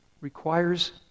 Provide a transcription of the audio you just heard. Requires